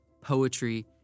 poetry